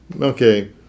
okay